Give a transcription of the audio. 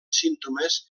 símptomes